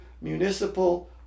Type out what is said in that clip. municipal